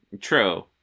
True